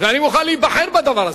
ואני מוכן להיבחן בדבר הזה: